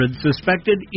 suspected